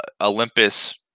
Olympus